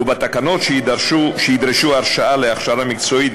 ובתקנות שידרשו הרשאה להכשרה מקצועית,